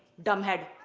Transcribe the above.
dumb head.